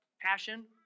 passion